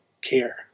care